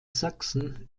sachsen